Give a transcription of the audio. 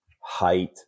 height